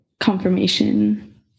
Confirmation